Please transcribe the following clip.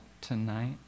tonight